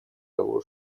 того